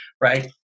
right